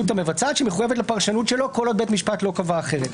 המבצעת שמחויבת לפרשנות שלו כל עוד בית משפט לא קבע אחרת.